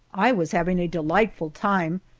i was having a delightful time,